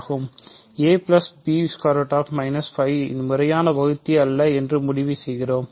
ஆனால் முறையான வகுத்தி அல்ல என்று முடிவு செய்கிறோம்